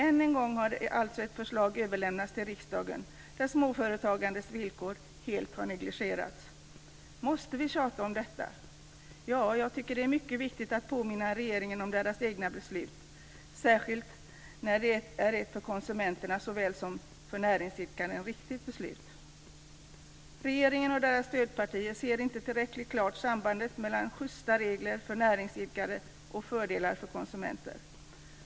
Än en gång har alltså ett förslag överlämnats till riksdagen där småföretagandets villkor helt har negligerats. Måste vi tjata om detta? Ja, jag tycker att det är mycket viktigt att påminna regeringen om dess egna beslut, särskilt när det är ett för konsumenten såväl som för näringsidkare riktigt beslut. Regeringen och dess stödpartier ser inte tillräckligt klart sambandet mellan justa regler för näringsidkare och fördelar för konsumenter.